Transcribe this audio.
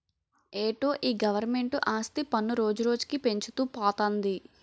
ఏటో ఈ గవరమెంటు ఆస్తి పన్ను రోజురోజుకీ పెంచుతూ పోతంది